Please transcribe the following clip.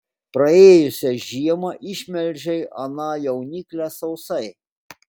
praėjusią žiemą išmelžei aną jauniklę sausai